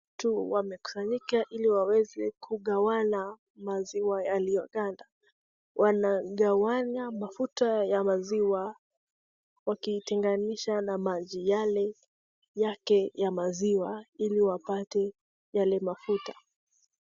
Watu wamekusanyika ili waweze kugawana maziwa yalioganda. Wanagawana mafuta ya maziwa wakiteganisha na maji yale yake ya maziwa ili wapate yale mafuta.